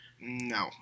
No